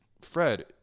Fred